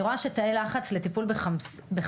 אני רואה שתאי לחץ לטיפול בחמצן